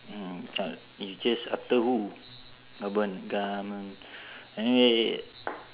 mm but you chase after who government gahmen anyway